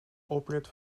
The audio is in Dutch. oprit